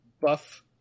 buff